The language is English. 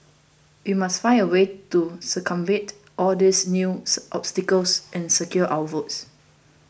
we must find a way to circumvent all these new obstacles and secure our votes